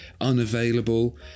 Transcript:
unavailable